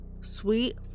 Sweet